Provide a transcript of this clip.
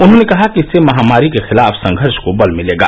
उन्होंने कहा कि इससे महामारी के खिलाफ संघर्ष को बल मिलेगा